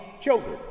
children